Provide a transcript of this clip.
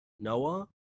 Noah